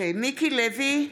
מיקי לוי,